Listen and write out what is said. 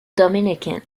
dominican